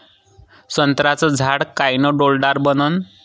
संत्र्याचं झाड कायनं डौलदार बनन?